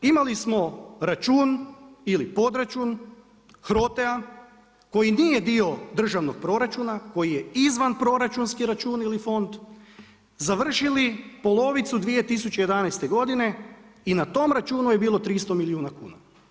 Imali smo račun ili podračun HROTE-a koji nije dio državnog proračuna, koji je izvanproračunski račun ili fond, završili polovicu 2011. godine i na tom računu je bilo 300 milijuna kuna.